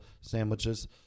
sandwiches